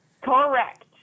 Correct